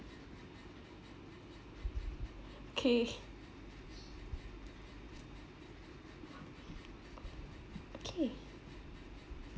K okay